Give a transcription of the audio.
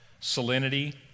salinity